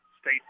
state